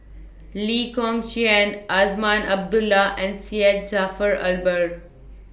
Lee Kong Chian Azman Abdullah and Syed Jaafar Albar